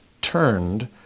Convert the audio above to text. turned